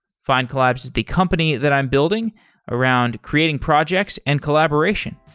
findcollabs is the company that i'm building around creating projects and collaboration.